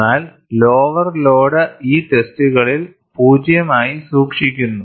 എന്നാൽ lower load ഈ ടെസ്റ്റുകളിൽ 0 ആയി സൂക്ഷിക്കുന്നു